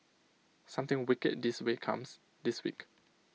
something wicked this way comes this week